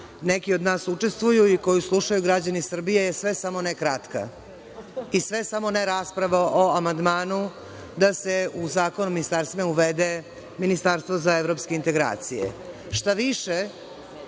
neki od nas učestvuju, i koju slušaju građani Srbije je sve samo ne kratka, i sve samo ne rasprava o amandmanu da se u zakon o ministarstvima uvede ministarstvo za evropske integracije. Štaviše,